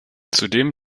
zudem